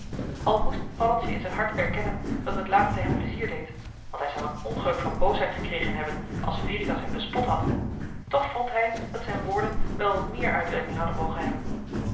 al moest paddeltje in zijn hart erkennen dat het laatste hem plezier deed want hij zou een ongeluk van boosheid gekregen hebben als veritas hem bespot had toch vond hij dat zijn woorden wel wat meer uitwerking hadden mogen hebben